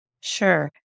Sure